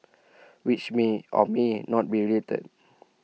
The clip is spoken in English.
which may or may not be related